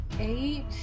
eight